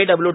W